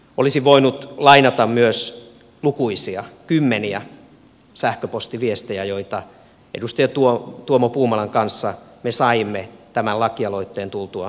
olisin voinut lainata myös lukuisia kymmeniä sähköpostiviestejä joita me edustaja tuomo puumalan kanssa saimme tämän lakialoitteen tultua julkisuuteen